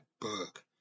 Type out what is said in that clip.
book